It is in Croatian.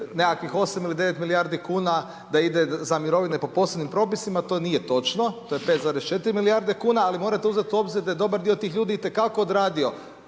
nekakvih 8 ili 9 milijardi kn da ide za mirovine, po posebnim propisima, to nije točno to je 5,4 milijarde kn, ali morate uzeti u obzir da je dobar dio tih ljudi itekako odradio